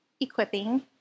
equipping